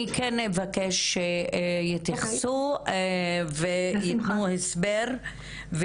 אני כן אבקש שיתייחסו ויתנו הסבר,